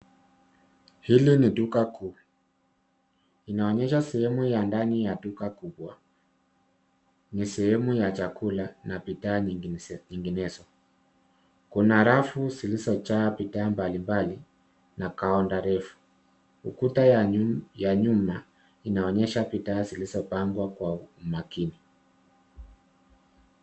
Hili ni duka kuu, inaonyesha sehemu ya ndani ya duka kubwa. Ni sehemu ya chakula na bidhaa nyinginezo. Kuna rafu zilizojaa bidhaa mbalimbali na kaunta refu. Ukuta ya nyuma inaonyesha bidhaa zilizopangwa kwa umakini.